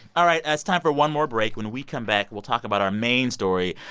all right. it's time for one more break. when we come back, we'll talk about our main story.